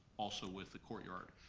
also with the courtyard,